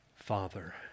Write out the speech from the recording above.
Father